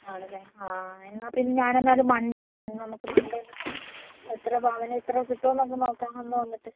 ആണല്ലേ ആ എന്നാൽ പിന്നെ ഞാനെന്നാൽ മണ്ടേ വരാം എന്നിട്ട് നമുക്ക് മണ്ടേ എത്ര പവന് എത്ര കിട്ടുമെന്നൊന്ന് നോക്കാം ഒന്നു വന്നിട്ട്